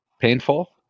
painful